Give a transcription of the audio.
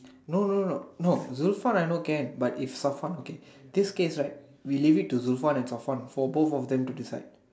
no no no no Zufwan I know can but if Safwan okay this case right we leave it to Zufwan and Safwan for both of them to decide